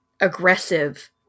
aggressive